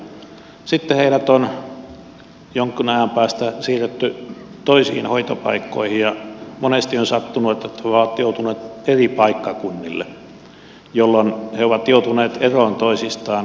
sitten heidät on jonkin ajan päästä siirretty toisiin hoitopaikkoihin ja monesti on sattunut että he ovat joutuneet eri paikkakunnille jolloin he ovat joutuneet eroon toisistaan